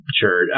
Sure